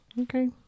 Okay